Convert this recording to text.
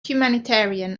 humanitarian